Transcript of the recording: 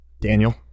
Daniel